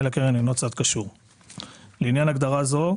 הקרן אינו צד קשור."; לעניין הגדרה זו,